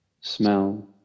Smell